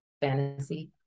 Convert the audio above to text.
fantasy